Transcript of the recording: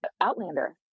Outlander